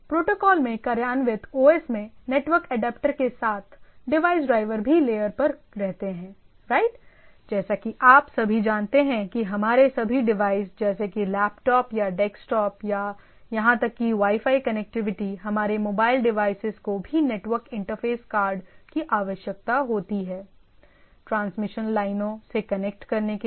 protocol में कार्यान्वित OS में नेटवर्क एडेप्टर के साथ डिवाइस ड्राइवर भी लेयर पर रहते है राइट जैसा कि आप सभी जानते हैं कि हमारे सभी डिवाइस जैसे कि लैपटॉप या डेस्कटॉप या यहां तक कि वाई फाई कनेक्टिविटी वाले मोबाइल डिवाइसेज को भी नेटवर्क इंटरफेस कार्ड की आवश्यकता होती है ट्रांसमिशन लाइनों से कनेक्ट करने के लिए